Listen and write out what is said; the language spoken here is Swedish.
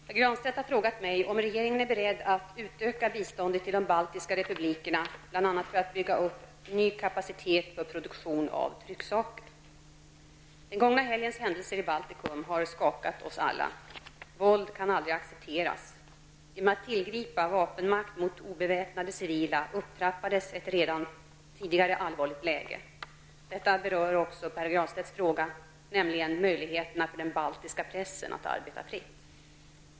Herr talman! Pär Granstedt har frågat mig om regeringen är beredd att utöka biståndet till de baltiska republikerna, bl.a. för att bygga upp ny kapacitet för produktion av trycksaker. Den gångna helgens händelser i Baltikum har skakat oss alla. Våld kan aldrig accepteras. Genom att tillgripa vapenmakt mot obeväpnade civila upptrappades ett redan tidigare allvarligt läge. Det berör också Pär Granstedts fråga, nämligen möjligheterna för den baltiska pressen att arbeta fritt.